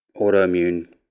autoimmune